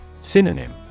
Synonym